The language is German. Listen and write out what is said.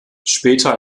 später